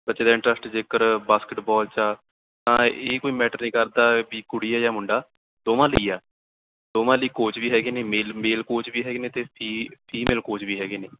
ਬੱਚੇ ਦਾ ਇੰਟਰਸਟ ਜੇਕਰ ਬਾਸਕਿਟਬਾਲ 'ਚ ਆ ਤਾਂ ਇਹ ਕੋਈ ਮੈਟਰ ਨਹੀਂ ਕਰਦਾ ਵੀ ਕੁੜੀ ਆ ਜਾਂ ਮੁੰਡਾ ਦੋਵਾਂ ਲਈ ਆ ਦੋਵਾਂ ਲਈ ਕੋਚ ਵੀ ਹੈਗੇ ਨੇ ਮੇਲ ਮੇਲ ਕੋਚ ਵੀ ਹੈਗੇ ਨੇ ਅਤੇ ਫੀ ਫੀਮੇਲ ਕੋਚ ਵੀ ਹੈਗੇ ਨੇ